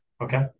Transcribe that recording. Okay